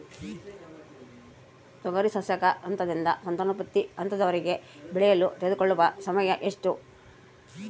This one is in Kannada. ತೊಗರಿ ಸಸ್ಯಕ ಹಂತದಿಂದ ಸಂತಾನೋತ್ಪತ್ತಿ ಹಂತದವರೆಗೆ ಬೆಳೆಯಲು ತೆಗೆದುಕೊಳ್ಳುವ ಸಮಯ ಎಷ್ಟು?